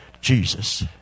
Jesus